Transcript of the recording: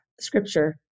Scripture